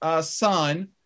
son